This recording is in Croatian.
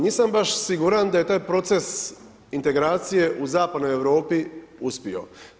Nisam baš siguran, da je taj proces integracije u zapadnoj Europi uspio.